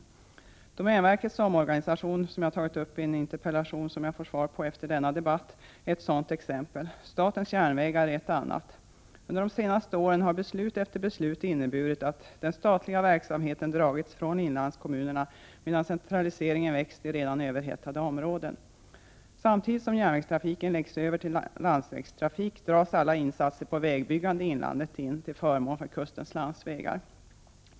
20 mars 1989 Domänverkets omorganisation, som jag tagit upp i en interpellation som jag får svar på efter denna debatt, är ett sådant exempel. Statens järnvägar är ett annat. Under de senaste åren har beslut efter beslut inneburit att den statliga verksamheten dragits från inlandskommunerna, medan centraliseringen växt i redan överhettade områden. Samtidigt som järnvägstrafiken läggs över till landsvägstrafik, dras alla insatser för vägbyggande i inlandet in, till förmån för kustens landsvägar.